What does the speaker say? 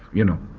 you know?